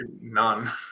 none